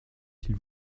s’il